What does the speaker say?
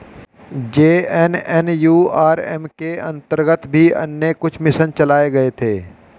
JNNURM के अंतर्गत भी अन्य कुछ मिशन चलाए गए थे